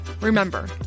Remember